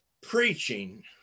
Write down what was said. preaching